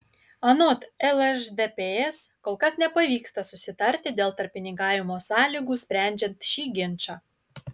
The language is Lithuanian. anot lšdps kol kas nepavyksta susitarti dėl tarpininkavimo sąlygų sprendžiant šį ginčą